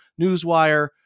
newswire